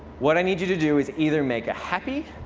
what i need you to do is either make a happy,